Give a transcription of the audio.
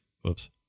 Whoops